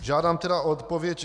Žádám tedy o odpověď.